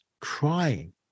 crying